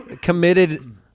committed